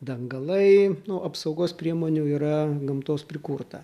dangalai nu apsaugos priemonių yra gamtos prikurta